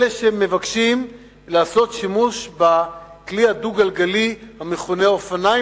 שאלה שמבקשים לעשות שימוש בכלי הדו-גלגלי המכונה "אופניים",